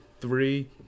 three